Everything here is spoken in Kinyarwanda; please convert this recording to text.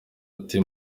ati